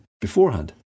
beforehand